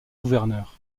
gouverneur